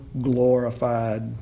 glorified